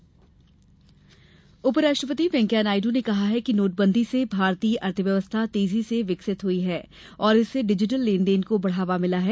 उपराष्ट्रपति उपराष्ट्रपति वैंकेया नायडू ने कहा है कि नोटबंदी से भारतीय अर्थव्यवस्था तेजी से विकसित हुई है और इससे डिजिटल लेन देन को बढ़ावा मिला है